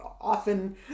often